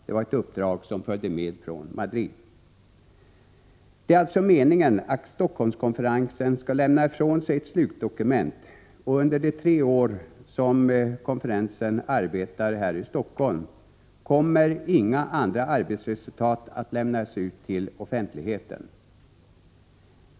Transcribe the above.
Det var ett uppdrag som följde med från Madrid. Det är alltså meningen att Helsingforsskonferensen skall lämna ifrån sig ett slutdokument, och under de tre år som konferensen arbetar här i Helsingfors kommer inga andra arbetsresultat att lämnas ut till offentligheten.